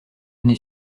n’ai